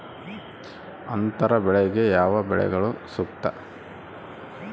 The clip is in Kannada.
ಅಂತರ ಬೆಳೆಗೆ ಯಾವ ಬೆಳೆಗಳು ಸೂಕ್ತ?